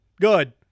good